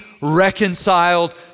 reconciled